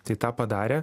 tai tą padarė